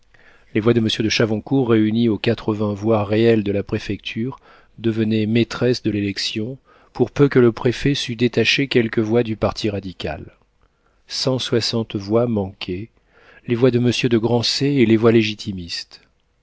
les voix de monsieur de chavoncourt réunies aux quatre-vingts voix réelles de la préfecture devenaient maîtresses de l'élection pour peu que le préfet sût détacher quelques voix du parti radical cent soixante voix manquaient les voix de monsieur de grancey et les voix légitimistes